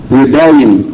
rebellion